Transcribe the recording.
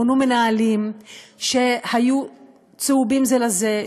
מונו מנהלים שהיו צהובים זה לזה,